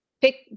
pick